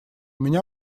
меня